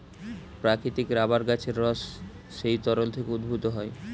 প্রাকৃতিক রাবার গাছের রস সেই তরল থেকে উদ্ভূত হয়